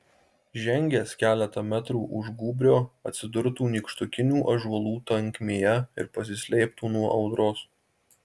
žengęs keletą metrų už gūbrio atsidurtų nykštukinių ąžuolų tankmėje ir pasislėptų nuo audros